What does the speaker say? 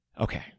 Okay